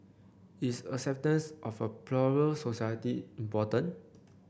is acceptance of a plural society important